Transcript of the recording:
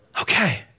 Okay